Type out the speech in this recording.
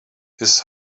his